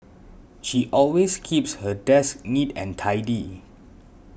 she always keeps her desk neat and tidy